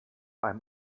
einem